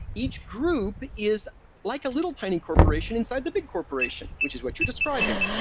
each group is like a little tiny corporation inside the big corporation, which is what you're describing.